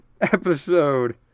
episode